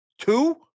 Two